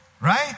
Right